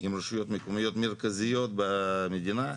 עם רשויות מקומיות מרכזיות במדינה.